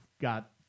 got